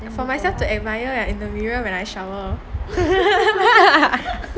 for myself to admire in the mirror when I shower